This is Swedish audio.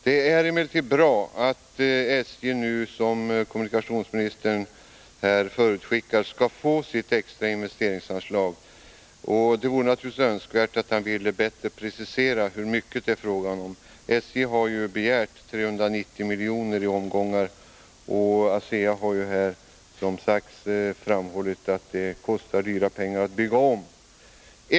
Det är emellertid bra att SJ nu, såsom kommunikationsministern här förutskickade, skall få sitt extra investeringsanslag. Det vore naturligtvis önskvärt om kommunikationsministern bättre kunde precisera hur mycket det är fråga om. SJ har ju i omgångar begärt 390 miljoner, och ASEA har, såsom här framhållits, sagt att det kostar stora pengar att bygga om.